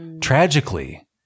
tragically